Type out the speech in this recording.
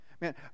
Man